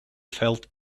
felt